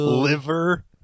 liver